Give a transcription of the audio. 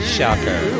Shocker